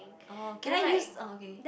oh can I use oh okay